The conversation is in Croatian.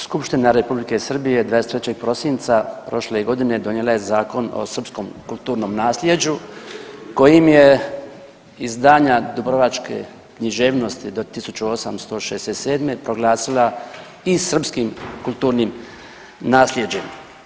Skupština R. Srbije 23. prosinca prošle godine donijela je zakon o srpskom kulturnom nasljeđu kojim je izdanja dubrovačke književnosti do 1867. proglasila i srpskim kulturnim naslijeđem.